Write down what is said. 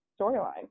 storyline